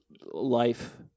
life